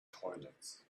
toilets